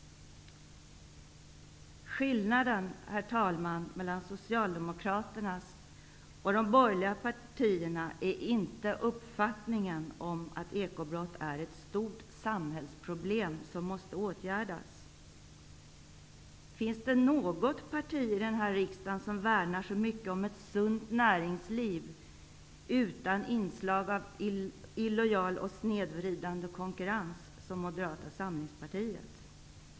Herr talman! Skillnaden mellan Socialdemokraterna och de borgerliga partierna är inte uppfattningen om att ekobrott utgör ett stort samhällsproblem som måste åtgärdas. Finns det något parti i denna riksdag som värnar så mycket om ett sunt näringsliv utan inslag av illojal och snedvridande konkurrens som Moderata samlingspartiet gör?